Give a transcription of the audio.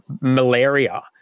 malaria